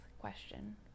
question